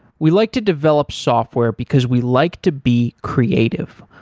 we like to develop software, because we like to be creative.